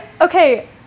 okay